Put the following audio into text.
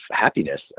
happiness